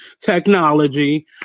technology